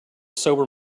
sober